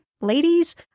ladies